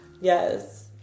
yes